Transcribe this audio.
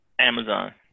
Amazon